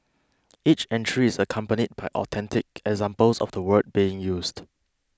each entry is accompanied by authentic examples of the word being used